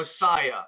Messiah